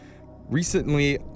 Recently